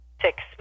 six